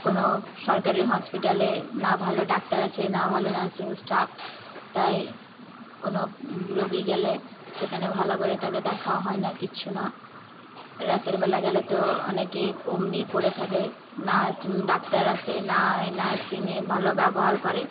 কোনো সরকারি হসপিটালে না ভালো ডাক্তার আছে না ভালো নার্সিং স্টাফ তাই কোনো রোগী গেলে সেখানে ভালো করে তাকে দেখাও হয় না কিচ্ছু না রাতেরবেলা গেলে তো অনেকে অমনিই পড়ে থাকে না ডাক্তার আসে না নার্সিংয়ে ভালো ব্যবহার করে